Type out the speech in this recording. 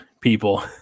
people